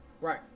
right